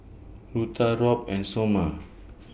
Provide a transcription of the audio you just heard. Rutha Robb and Sommer